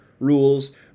rules